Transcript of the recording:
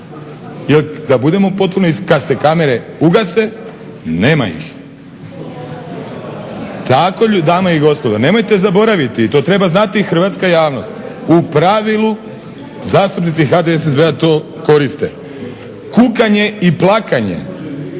Jer da budemo potpuno iskreni kad se kamere ugase nema ih. Tako je, dame i gospodo, nemojte zaboraviti. I to treba znati i hrvatska javnost. U pravilu zastupnici HDSSB-a to koriste. Kukanje i plakanje